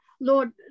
Lord